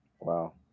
Wow